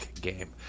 game